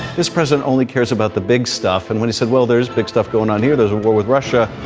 this president only cares about the big stuff. and when he said, well, there's big stuff going on here, there's a war with russia.